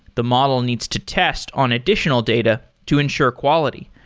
the model needs to test on additional data to ensure quality.